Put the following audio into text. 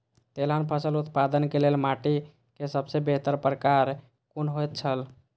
तेलहन फसल उत्पादन के लेल माटी के सबसे बेहतर प्रकार कुन होएत छल?